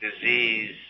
disease